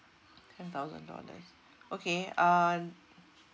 ten thousand dolalrs okay uh